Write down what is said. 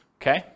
okay